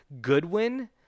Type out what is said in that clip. Goodwin